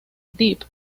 deep